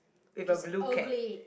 with a blue cat